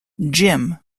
jim